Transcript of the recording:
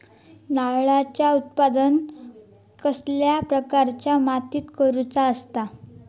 नारळाचा उत्त्पन कसल्या प्रकारच्या मातीत करूचा असता?